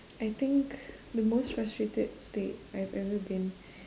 I think the most frustrated state I have ever been